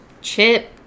Chip